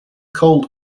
cold